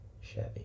Chevy